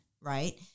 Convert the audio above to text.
right